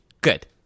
Good